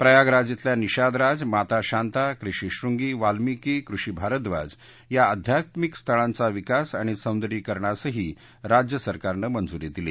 प्रयागराज शिल्या निषादराज माता शांता ऋषी श्रृंगी वाल्मिकी ळषी भारद्वाज या अध्यात्मिक स्थळांचा विकास आणि सौंदर्यीकरणासही राज्य सरकारनं मंजुरी दिली